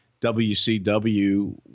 wcw